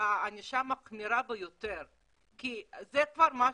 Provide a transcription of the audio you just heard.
ענישה מחמירה ביותר כי זה כבר משהו,